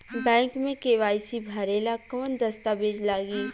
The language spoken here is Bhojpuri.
बैक मे के.वाइ.सी भरेला कवन दस्ता वेज लागी?